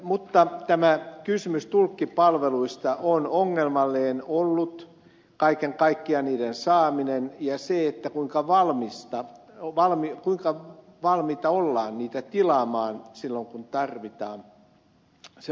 mutta tämä kysymys tulkkipalveluista on ollut ongelmallinen kaiken kaikkiaan niiden saaminen ja se kuinka valmiita ollaan niitä tilaamaan silloin kun tarvitaan